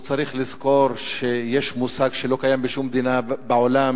הוא צריך לזכור שיש מושג שלא קיים בשום מדינה בעולם,